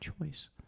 choice